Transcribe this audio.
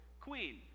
queen